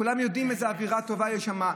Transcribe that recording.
כולם יודעים איזו אווירה טובה יש שם.